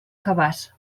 cabàs